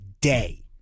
day